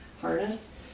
harness